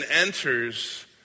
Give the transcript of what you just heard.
enters